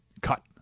Cut